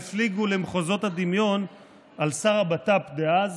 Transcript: והפליגו למחוזות הדמיון על שר הבט"פ דאז,